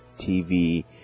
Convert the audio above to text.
TV